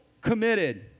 committed